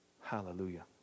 Hallelujah